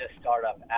startup